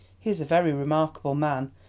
he is a very remarkable man,